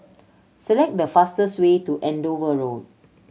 select the fastest way to Andover Road